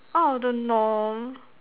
out of the norm